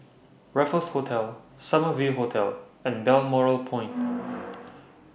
Raffles Hotel Summer View Hotel and Balmoral Point